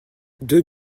deux